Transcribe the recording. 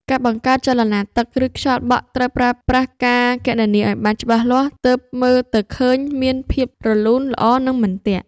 ការបង្កើតចលនាទឹក ឬខ្យល់បក់ត្រូវប្រើប្រាស់ការគណនាឱ្យបានច្បាស់លាស់ ទើបមើលទៅឃើញមានភាពរលូនល្អនិងមិនទាក់។